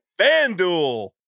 FanDuel